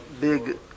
big